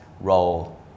role